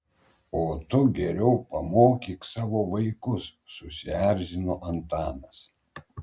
o tu geriau pamokyk savo vaikus susierzino antanas